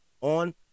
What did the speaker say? on